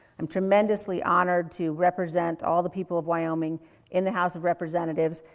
i'm tremendously honored to represent all the people of wyoming in the house of representatives.